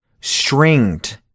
stringed